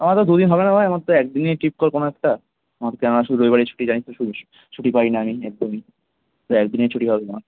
আমার তো দুদিন হবে না ভাই আমার তো একদিনের ট্রিপ কর কোনো একটা আমার তো কেননা শুধু রবিবারেই ছুটি দেয় তো শুধু ছুটি পাই না আমি একদমই তো একদিনই ছুটি হবে আমার